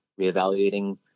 reevaluating